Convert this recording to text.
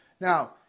Now